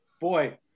Boy